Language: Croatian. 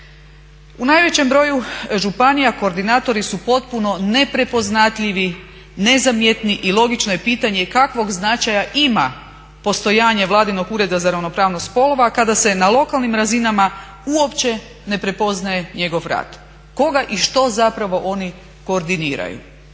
U najvećem broju županija koordinatori su potpuno neprepoznatljivi, nezamjetni i logično je pitanje kakvog značaja ima postojanje vladinog ureda za ravnopravnost spolova kada se na lokalnim razinama uopće ne prepoznaje njegov rad. Koga i što zapravo oni koordiniraju?